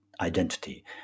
identity